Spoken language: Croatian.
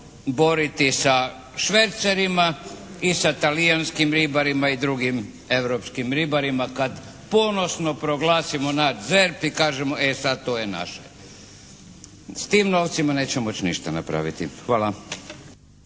boriti sa švercerima i sa talijanskim ribarima i drugim europskim ribarima kad ponosno proglasimo naš ZERP i kažemo e sad to je naše. S tim novcima neće moći ništa napraviti. Hvala.